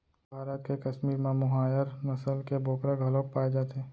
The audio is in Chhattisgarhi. भारत के कस्मीर म मोहायर नसल के बोकरा घलोक पाए जाथे